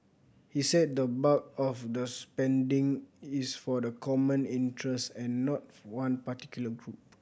he said the bulk of the spending is for the common interest and not one particular group